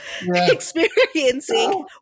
experiencing